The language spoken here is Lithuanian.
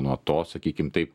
nuo to sakykim tai